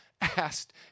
asked